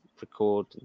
record